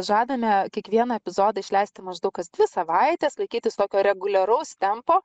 žadame kiekvieną epizodą išleisti maždaug kas dvi savaites laikytis tokio reguliaraus tempo